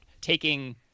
taking